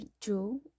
two